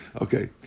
okay